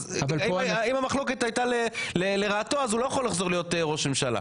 אז אם המחלוקת הייתה לרעתו אז הוא לא יכול לחזור להיות ראש ממשלה,